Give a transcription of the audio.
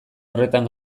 horretan